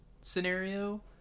scenario